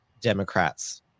Democrats